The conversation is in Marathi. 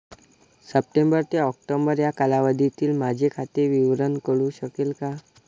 सप्टेंबर ते ऑक्टोबर या कालावधीतील माझे खाते विवरण कळू शकेल का?